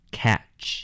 catch